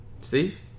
Steve